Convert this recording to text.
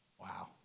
wow